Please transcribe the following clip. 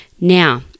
Now